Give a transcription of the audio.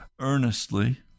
earnestly